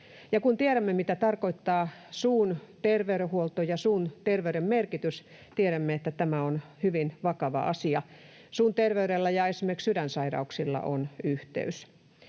kun tiedämme, mitä tarkoittaa suun terveydenhuolto ja mikä on suunterveyden merkitys, tiedämme, että tämä on hyvin vakava asia. Suunterveydellä ja esimerkiksi sydänsairauksilla on yhteys.